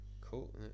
Cool